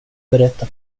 berätta